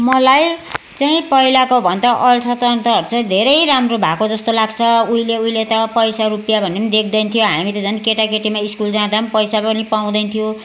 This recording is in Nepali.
मलाई चाहिँ पहिलाको भन्दा अर्थतन्त्रहरू चाहिँ धेरै राम्रो भएको जस्तो लाग्छ उहिले उहिले त पैसा रुपियाँ भन्ने देख्दैन थियो हामी त झन् केटा केटीमा स्कुल जाँदा पैसा पनि पाउँदैन थियो